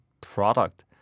product